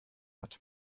hat